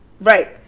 right